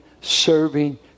serving